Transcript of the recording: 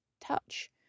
touch